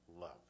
Love